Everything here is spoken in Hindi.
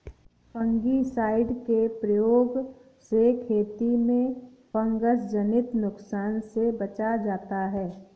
फंगिसाइड के प्रयोग से खेती में फँगसजनित नुकसान से बचा जाता है